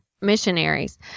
missionaries